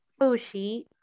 Fushi